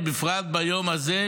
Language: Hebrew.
בפרט ביום הזה,